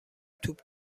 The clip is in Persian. توپ